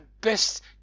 best